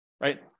right